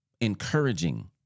encouraging